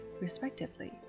respectively